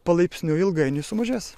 palaipsniui ilgainiui sumažės